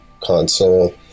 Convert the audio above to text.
console